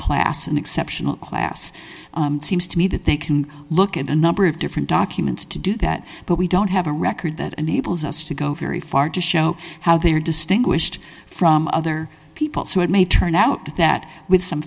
class an exceptional class seems to me that they can look at a number of different documents to do that but we don't have a record that enables us to go very far to show how they are distinguished from other people so it may turn out that with some